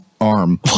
arm